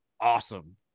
awesome